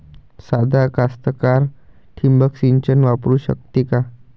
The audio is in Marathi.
सादा कास्तकार ठिंबक सिंचन वापरू शकते का?